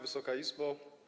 Wysoka Izbo!